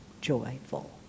joyful